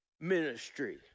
ministry